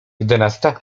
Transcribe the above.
jedenasta